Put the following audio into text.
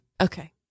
Okay